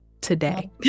today